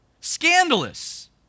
scandalous